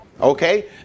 okay